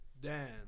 Dan